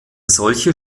solche